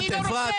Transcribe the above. אני לא רוצה,